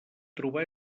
trobar